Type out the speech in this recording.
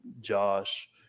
Josh